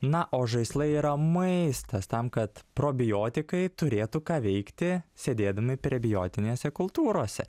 na o žaislai yra maistas tam kad probiotikai turėtų ką veikti sėdėdami prebiotinėse kultūrose